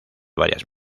varias